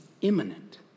imminent